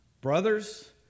Brothers